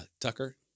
Tucker